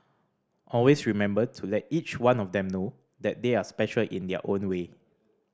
always remember to let each one of them know that they are special in their own way